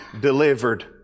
delivered